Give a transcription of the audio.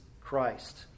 Christ